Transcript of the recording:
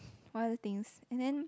what other things and then